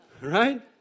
Right